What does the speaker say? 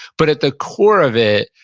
but, at the core of it,